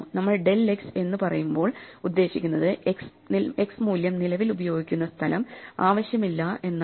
നമ്മൾ ഡെൽ എന്ന് പറയുമ്പോൾ ഉദ്ദേശിക്കുന്നത് എക്സ് മൂല്യം നിലവിൽ ഉപയോഗിക്കുന്ന സ്ഥലം ആവശ്യമില്ല എന്നാണ്